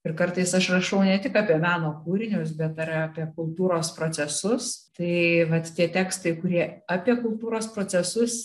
ir kartais aš rašau ne tik apie meno kūrinius bet ir apie kultūros procesus tai vat tie tekstai kurie apie kultūros procesus